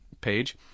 page